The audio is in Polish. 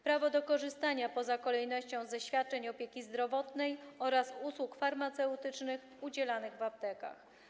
Prawo do korzystania poza kolejnością ze świadczeń opieki zdrowotnej oraz z usług farmaceutycznych udzielanych w aptekach.